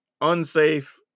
unsafe